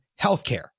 healthcare